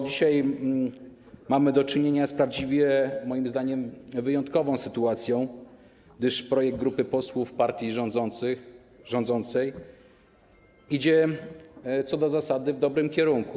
Dzisiaj mamy do czynienia z prawdziwie, moim zdaniem, wyjątkową sytuacją, gdyż projekt grupy posłów partii rządzącej idzie co do zasady w dobrym kierunku.